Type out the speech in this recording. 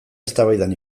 eztabaidan